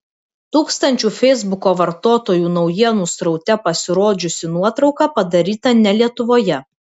tūkstančių feisbuko vartotojų naujienų sraute pasirodžiusi nuotrauka padaryta ne lietuvoje